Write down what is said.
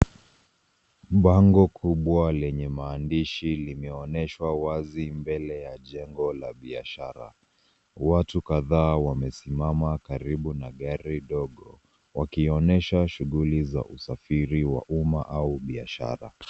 Bango kubwa lenye maandishi limeonyeshwa wazi mbele ya jengo la biashara. Watu kadhaa wamesimama karibu na gari ndogo wakionyesha shughuli za usafiri wa umma au biashara.